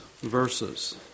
verses